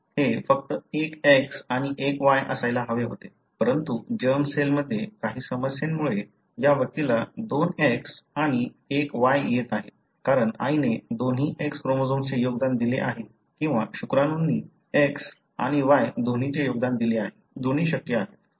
हे फक्त एक X आणि एक Y असायला हवे होते परंतु जर्म सेलमध्ये काही समस्येमुळे या व्यक्तीला दोन X आणि Y येत आहेत कारण आईने दोन्ही X क्रोमोझोम्सचे योगदान दिले आहे किंवा शुक्राणूंनी X आणि Y दोन्हीचे योगदान दिले आहे दोन्ही शक्य आहेत